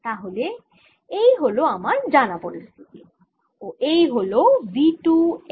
তাহলে এই হল আমার জানা পরিস্থিতি ও এই হল V 2 x